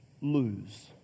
lose